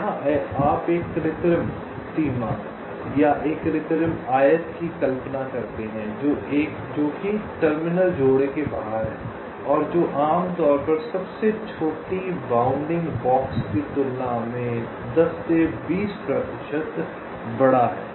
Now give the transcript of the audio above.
यहां आप एक कृत्रिम सीमा या एक कृत्रिम आयत की कल्पना करते हैं जो कि टर्मिनल जोड़े के बाहर है जो आमतौर पर सबसे छोटी बाउंडिंग बॉक्स की तुलना में 10 से 20 प्रतिशत बड़ा है